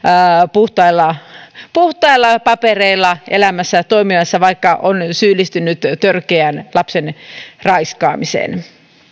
puhtailla puhtailla papereilla elämässä toimimassa vaikka on syyllistynyt törkeään lapsen raiskaamiseen